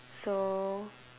so